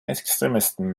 extremisten